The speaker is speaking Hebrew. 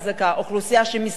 אוכלוסייה שמשתכרת,